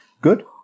Good